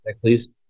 please